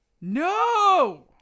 No